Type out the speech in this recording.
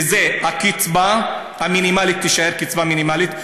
הקצבה המינימלית תישאר קצבה מינימלית,